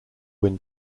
win